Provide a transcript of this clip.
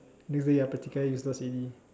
next day you are particularly useless already